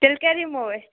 تیٚلہِ کَر یِمو أسۍ